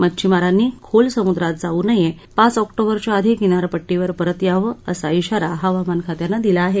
मच्छिमारांनी खोल समुद्रात जाऊ नये पाच ऑक्टोबरच्या आधी किनारपट्टीवर परत यावं असा श्राारा हवामान खात्यानं दिला आहे